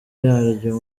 yaryo